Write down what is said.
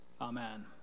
Amen